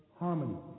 harmony